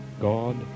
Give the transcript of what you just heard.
God